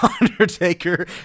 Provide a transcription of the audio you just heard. Undertaker